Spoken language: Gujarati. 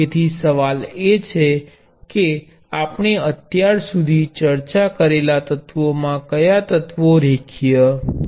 તેથી સવાલ એ છે કે આપણે અત્યાર સુધી ચર્ચા કરેલા એલિમેન્ટોમાં કયા એલિમેન્ટો રેખીય છે